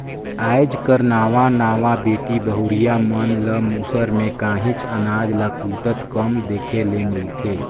आएज कर नावा नावा बेटी बहुरिया मन ल मूसर में काहींच अनाज ल कूटत कम देखे ले मिलथे